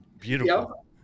Beautiful